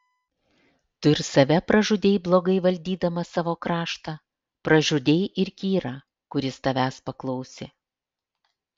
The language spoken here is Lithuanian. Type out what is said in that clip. tu ir save pražudei blogai valdydamas savo kraštą pražudei ir kyrą kuris tavęs paklausė